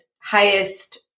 highest